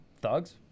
thugs